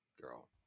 girl